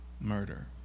murder